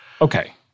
Okay